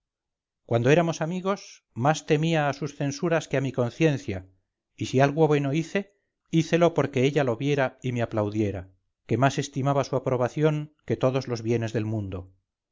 cuando éramos amigos más temía a sus censuras que a mi conciencia y si algo bueno hice hícelo por que ella lo viera y me aplaudiera que más estimaba su aprobación que todos los bienes del mundo